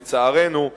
לצערנו,